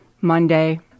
Monday